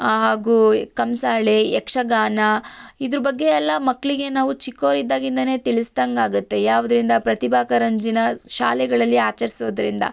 ಹಾಗೂ ಈ ಕಂಸಾಳೆ ಯಕ್ಷಗಾನ ಇದ್ರ ಬಗ್ಗೆ ಎಲ್ಲ ಮಕ್ಕಳಿಗೆ ನಾವು ಚಿಕ್ಕೋರಿದ್ದಾಗಿಂದಲೇ ತಿಳ್ಸ್ದಂಗೆ ಆಗುತ್ತೆ ಯಾವುದ್ರಿಂದ ಪ್ರತಿಭಾ ಕಾರಂಜಿನ ಶಾಲೆಗಳಲ್ಲಿ ಆಚರಿಸೋದ್ರಿಂದ